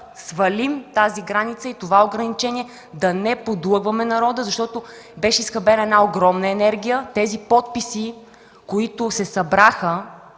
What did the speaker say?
свалим тази граница и това ограничение, да не подлъгваме народа, защото беше изхабена огромна енергия. Тези подписи, които се събраха